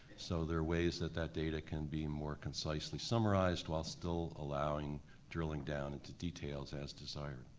so there are ways that that data can be more concisely summarized while still allowing drilling down into details as desired.